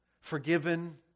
Forgiven